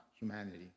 humanity